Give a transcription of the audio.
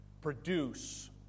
produce